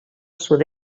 sud